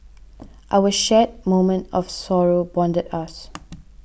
our shared moment of sorrow bonded us